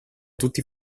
tutti